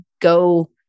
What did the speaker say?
go